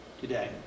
today